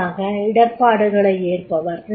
இறுதியாக இடர்ப்பாடுகளை ஏற்பவர்